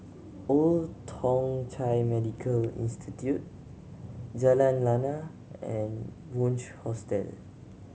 Old Thong Chai Medical Institute Jalan Lana and Bunc Hostel